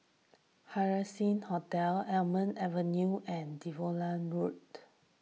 Haising Hotel Almond Avenue and Devonshire Road